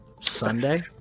Sunday